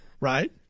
Right